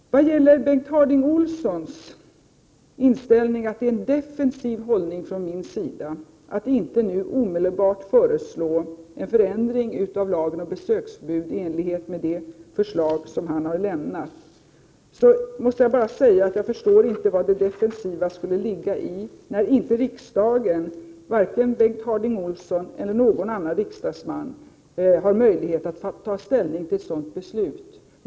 Vad gäller Bengt Harding Olsons inställning att det är en defensiv hållning från min sida att inte nu omedelbart föreslå en förändring av lagen om besöksförbud i enlighet med det förslag han har lämnat, måste jag bara säga att jag inte förstår vad det defensiva skulle ligga i, när inte riksdagen — varken Bengt Harding Olson eller någon annan riksdagsman — har möjlighet att ta ställning till ett sådant beslut.